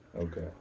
okay